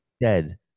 Dead